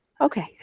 Okay